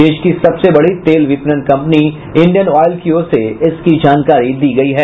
देश की सबसे बड़ी तेल विपणन कंपनी इंडियन ऑयल की ओर से इसकी जानकारी दी गई है